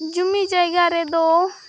ᱡᱩᱢᱤᱼᱡᱟᱭᱜᱟ ᱨᱮᱫᱚ